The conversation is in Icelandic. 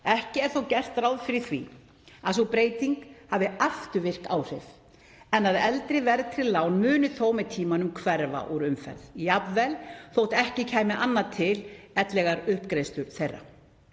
Ekki er gert ráð fyrir því að sú breyting hafi afturvirk áhrif, en að eldri verðtryggð lán muni þó með tímanum hverfa úr umferð, jafnvel þótt ekki kæmi annað til en eðlilegar uppgreiðslur þeirra.